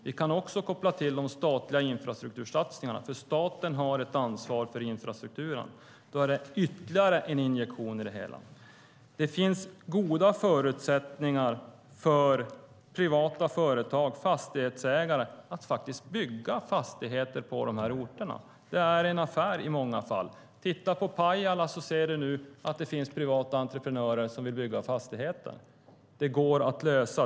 Vi kan också koppla till de statliga infrastruktursatsningarna, för staten har ett ansvar för infrastrukturen. Då är det ytterligare en injektion i det hela. Det finns goda förutsättningar för privata företag och fastighetsägare att faktiskt bygga fastigheter på de här orterna. Det är en affär i många fall. Titta på Pajala! Där ser vi nu privata entreprenörer som vill bygga fastigheter. Det går att lösa.